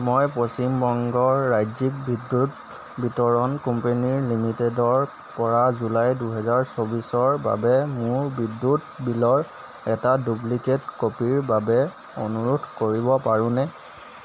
মই পশ্চিম বংগ ৰাজ্যিক বিদ্যুৎ বিতৰণ কোম্পানী লিমিটেডৰ পৰা জুলাই দুহেজাৰ চৌবিছৰ বাবে মোৰ বিদ্যুৎ বিলৰ এটা ডুপ্লিকেট কপিৰ বাবে অনুৰোধ কৰিব পাৰোঁনে